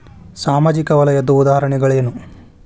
ಸಾಮಾಜಿಕ ವಲಯದ್ದು ಉದಾಹರಣೆಗಳೇನು?